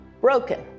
broken